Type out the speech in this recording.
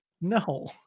No